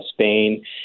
Spain